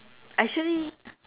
actually